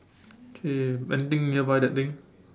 okay vending nearby that thing